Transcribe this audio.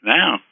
now